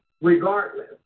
regardless